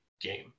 game